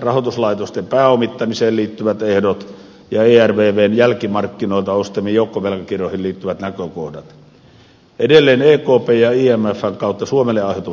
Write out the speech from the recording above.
rahoituslaitosten pääomittamiseen liittyvät ehdot ja ervvn jälkimarkkinoilta ostamiin joukkovelkakirjoihin liittyvät näkökohdat edelleen ekp ja imfn kautta suomelle aiheutuvat riskit